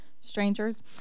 strangers